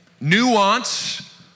nuance